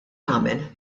għamel